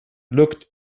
looked